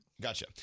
Gotcha